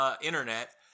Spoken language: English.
Internet